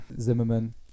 Zimmerman